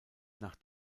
nach